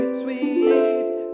sweet